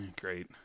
Great